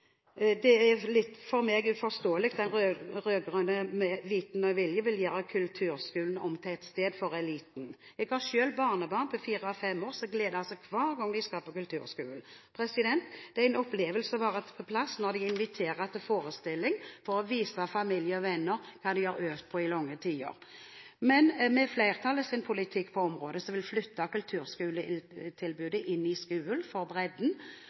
er det uforståelig at de rød-grønne med viten og vilje vil gjøre kulturskolen om til et sted for eliten. Jeg har selv barnebarn på fire og fem år som gleder seg hver gang de skal på kulturskolen. Det er en opplevelse å være på plass når de inviterer til forestilling for å vise familie og venner hva de har øvd på i lange tider. Med flertallets politikk på området vil man flytte kulturskoletilbudet inn i skolen for bredden.